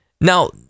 Now